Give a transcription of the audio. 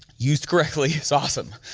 used correctly, it's awesome.